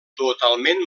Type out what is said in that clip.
totalment